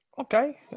Okay